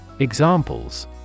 Examples